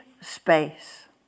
space